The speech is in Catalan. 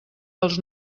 dels